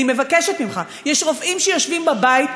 אני מבקשת ממך: יש רופאים שיושבים בבית.